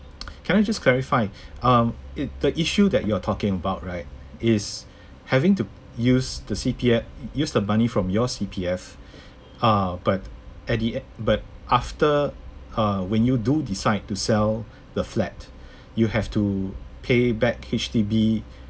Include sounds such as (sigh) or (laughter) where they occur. (noise) can I just clarify um it the issue that you are talking about right is having to use the C_P_F use the money from your C_P_F uh but at the en~ but after uh when you do decide to sell the flat you have to payback H_D_B